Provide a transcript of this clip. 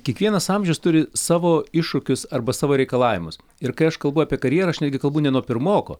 kiekvienas amžius turi savo iššūkius arba savo reikalavimus ir kai aš kalbu apie karjerą aš netgi kalbu ne nuo pirmoko